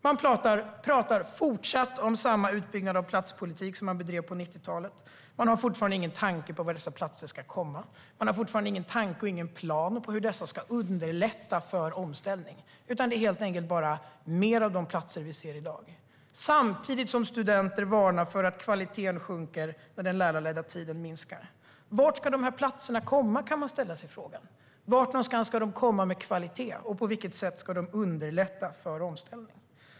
Man fortsätter prata om utbyggnad av samma platspolitik som man bedrev på 90-talet. Man har fortfarande ingen tanke på var dessa platser ska komma till stånd. Man har fortfarande ingen tanke och ingen plan för hur dessa ska underlätta för omställningen. Det blir helt enkelt bara mer av de platser vi ser i dag, samtidigt som studenter varnar för att kvaliteten sjunker när den lärarledda tiden minskar. Var ska dessa platser komma till stånd, kan man fråga sig. Hurdan blir kvaliteten, och på vilket sätt ska de underlätta för omställning?